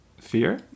fear